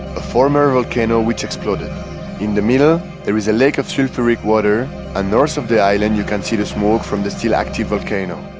a former volcano which exploded in the middle there is a lake of sulfuric water and north of the island, you can see the smoke from the still active volcano